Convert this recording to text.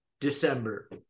December